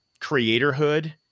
creatorhood